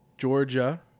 georgia